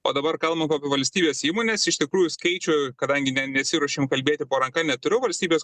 o dabar kalbant apie valstybės įmonės iš tikrųjų skaičių kadangi ne nesiruošėm kalbėti po ranka neturiu valstybės